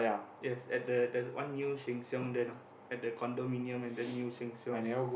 yes at the there's one new sheng-siong there now at the condominium and then new sheng-siong